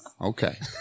Okay